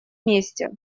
вместе